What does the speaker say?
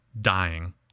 dying